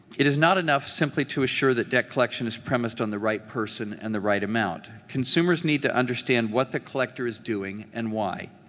it is not enough simply to assure that debt collection is premised on the right person and the right amount. consumers need to understand what the collector is doing and why.